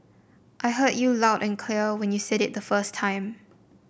I heard you loud and clear when you said it the first time